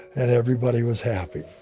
and everybody was happy.